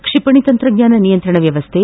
ಕ್ಷಿಪಣಿ ತಂತ್ರಜ್ಞಾನ ನಿಯಂತ್ರಣ ವ್ಯವಸ್ಥೆ